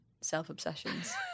self-obsessions